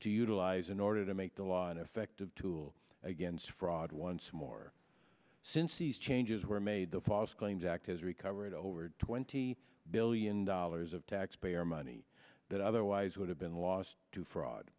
to utilize in order to make the law an effective tool against fraud once more since these changes were made the false claims act has recovered over twenty billion dollars of taxpayer money that otherwise would have been lost to fraud